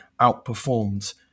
outperformed